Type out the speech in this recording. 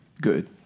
Good